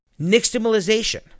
Nixtamalization